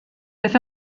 beth